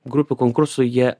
grupių konkursų jie